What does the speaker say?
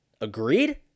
Agreed